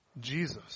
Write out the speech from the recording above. Jesus